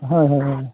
ᱦᱳᱭ ᱦᱳᱭ ᱦᱳᱭ